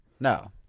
No